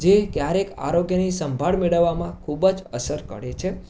જે ક્યારેક આરોગ્યની સંભાળ મેળવવામાં ખૂબ જ અસર કરે છે